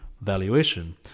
valuation